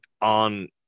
On